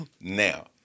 Now